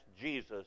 Jesus